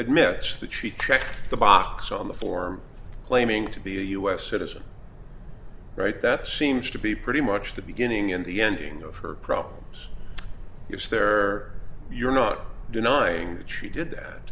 admits that she checked the box on the form claiming to be a us citizen right that seems to be pretty much the beginning and the ending of her problems is there you're not denying that she did that